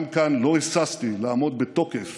גם כאן לא היססתי לעמוד בתוקף